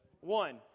One